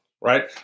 right